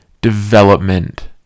development